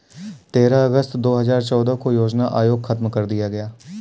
तेरह अगस्त दो हजार चौदह को योजना आयोग खत्म कर दिया गया